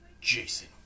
Jason